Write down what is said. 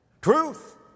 Truth